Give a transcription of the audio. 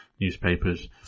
newspapers